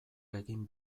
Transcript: egin